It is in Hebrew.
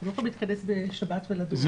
אנחנו לא יכולים להתכנס בשבת ולדון על זה.